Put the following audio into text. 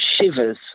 shivers